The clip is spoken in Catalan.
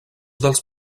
dels